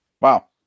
Wow